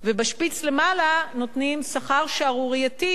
ובשפיץ למעלה נותנים שכר שערורייתי,